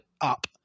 up